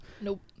nope